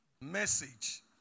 message